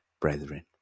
brethren